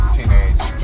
Teenage